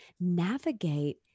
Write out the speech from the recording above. navigate